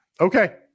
Okay